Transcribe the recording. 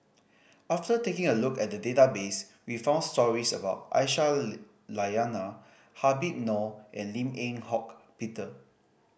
after taking a look at the database we found stories about Aisyah Lyana Habib Noh and Lim Eng Hock Peter